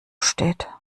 steht